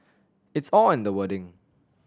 it's all in the wording